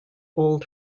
old